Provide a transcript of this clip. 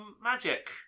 magic